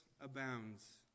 abounds